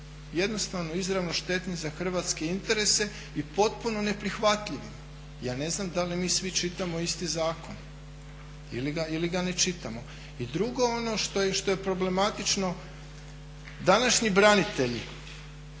jednostavno izravno štetnim za hrvatske interese i potpuno neprihvatljivi. Ja ne znam da li mi svi čitamo isti zakon ili ga ne čitamo. I drugo, ono što je problematično današnji branitelji,